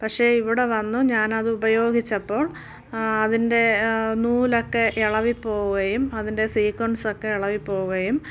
പക്ഷേ ഇവിടെ വന്നു ഞാനതുപയോഗിച്ചപ്പോൾ അതിൻ്റെ നൂലക്കെ ഇളകി പോവുകയും അതിൻ്റെ സ്വീക്കൻസക്കെ ഇളകി പോവുകയും